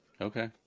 Okay